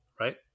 right